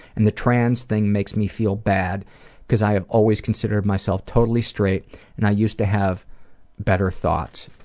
and the trans thing makes me feel bad cause i have always considered myself totally straight and i used to have better thoughts.